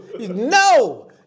No